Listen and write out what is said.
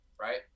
Right